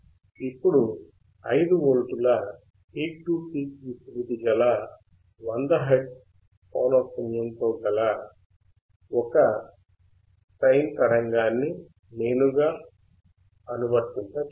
ఇప్పుడు 5 వోల్టుల peak to peak విస్తృతి గల 100 హెర్ట్జ్ పోనఃపున్యముతో ఒక సైన్ తరంగాన్ని నేరుగా అనువర్తింపజేస్తాము